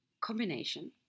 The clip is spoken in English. combination